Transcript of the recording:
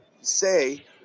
say